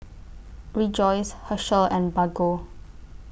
Rejoice Herschel and Bargo